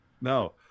No